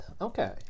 Okay